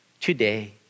today